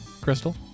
Crystal